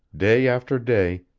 day after day,